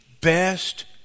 best